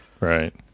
right